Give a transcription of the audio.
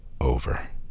over